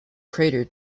crater